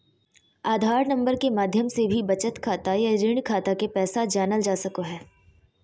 आधार number के माध्यम से भी बचत खाता या ऋण खाता के पैसा जानल जा सको हय